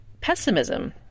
pessimism